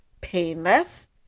painless